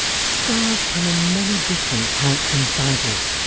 stars come in many different types and sizes,